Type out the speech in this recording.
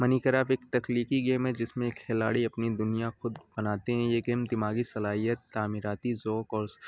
من کرب ایک تکنیکی گیم ہے جس میں کھلاڑی اپنی دنیا خود بناتے ہیں یہ گیم دماغی صلاحیت تعمیراتی ذوق اور